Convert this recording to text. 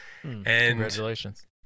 Congratulations